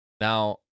now